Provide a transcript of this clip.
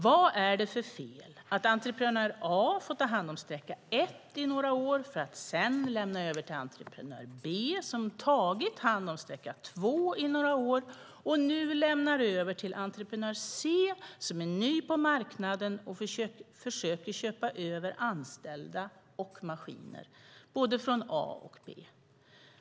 Vad är det för fel med att entreprenör A får ta hand om sträcka 1 i några år för att sedan lämna över till entreprenör B, som tidigare har tagit hand om sträcka 2 i några år och som nu lämnar över till entreprenör C, som är ny på marknaden och försöker köpa över anställda och maskiner från både A och B?